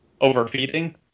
overfeeding